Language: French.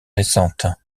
récentes